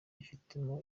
yifitemo